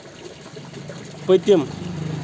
پٔتِم